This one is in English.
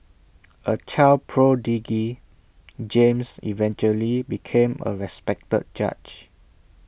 A child prodigy James eventually became A respected judge